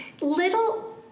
Little